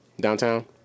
Downtown